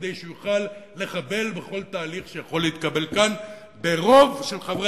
כדי שיוכל לחבל בכל תהליך שיכול להתקבל כאן ברוב חברי